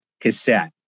cassette